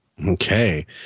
Okay